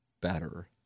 better